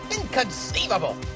Inconceivable